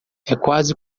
quase